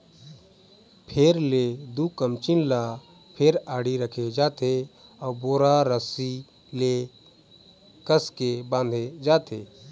फेर ले दू कमचील ल फेर आड़ी रखे जाथे अउ बोरा रस्सी ले कसके बांधे जाथे